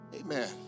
amen